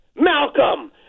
Malcolm